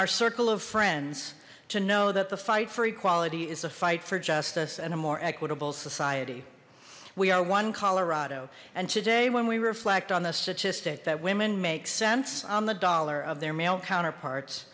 our circle of friends to know that the fight for equality is a fight for justice and a more equitable society we are one colorado and today when we reflect on the statistic that women make cents on the dollar of their male counterparts